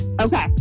Okay